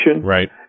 Right